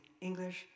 English